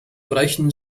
brechen